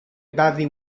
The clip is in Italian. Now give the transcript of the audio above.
barry